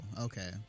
okay